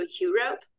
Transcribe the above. Europe